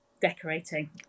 Decorating